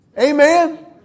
Amen